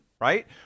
right